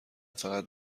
فقط